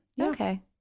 Okay